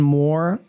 more